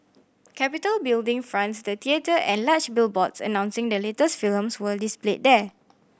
Capitol Building fronts the theatre and large billboards announcing the latest films were displayed there